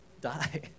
Die